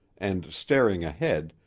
and, staring ahead,